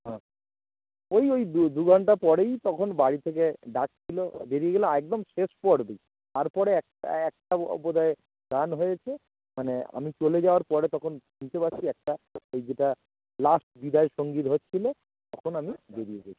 হ্যাঁ ওই ওই দু দু ঘণ্টা পরেই তখন বাড়ি থেকে ডাকছিল ও বেরিয়ে গেলাম একদম শেষ পর্বেই তার পরে একটা একটা বো বোধ হয় গান হয়েছে মানে আমি চলে যাওয়ার পরে তখন শুনতে পাচ্ছি একটা ওই যেটা লাস্ট বিদায়ের সঙ্গীত হচ্ছিল তখন আমি বেরিয়ে গিয়েছি